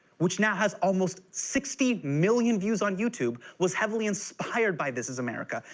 which now has almost sixty million views on youtube, was heavily inspired by this is america.